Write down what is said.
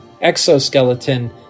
exoskeleton